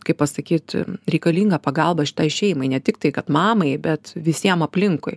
kaip pasakyt reikalinga pagalba šitai šeimai ne tiktai kad mamai bet visiem aplinkui